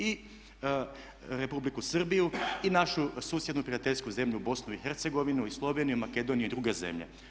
I Republiku Srbiju i našu susjednu prijateljsku zemlju BiH i Sloveniju i Makedoniju i druge zemlje.